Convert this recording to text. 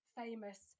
famous